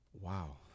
Wow